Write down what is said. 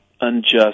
unjust